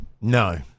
No